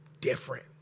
different